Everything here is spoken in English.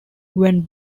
when